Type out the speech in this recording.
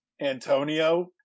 Antonio